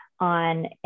on